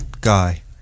guy